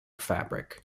fabric